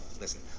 listen